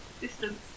Distance